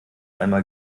einmal